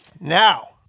Now